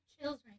children